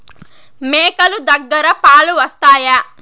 మేక లు దగ్గర పాలు వస్తాయా?